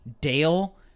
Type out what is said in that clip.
Dale